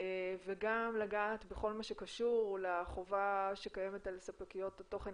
וגם לגעת בכל מה שקשור לחובה שקיימת על ספקיות התוכן,